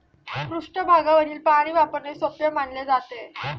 पृष्ठभागावरील पाणी वापरणे सोपे मानले जाते